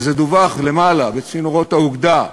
וזה דווח למעלה בצינורות האוגדה,